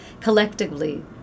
collectively